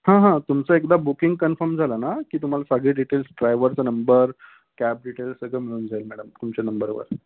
हां हां तुमचं एकदा बुकिंग कन्फर्म झालं ना की तुम्हाला सगळी डिटेल्स ड्रायवरचा नंबर कॅब डिटेल सगळं मिळून जाईल मॅडम तुमच्या नंबरवर